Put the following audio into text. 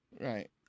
Right